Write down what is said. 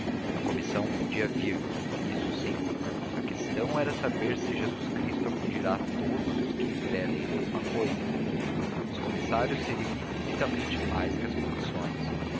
a comissão podia vir isso sim a questão era saber se jesu cristo acudirá a todos os que lhe pedem a mesma cousa os comissários seriam infinitamente mais que as comissões